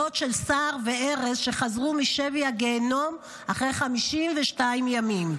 דוד של סער וארז שחזרו משבי הגיהינום אחרי 52 ימים.